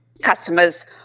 customers